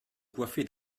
coiffe